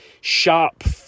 sharp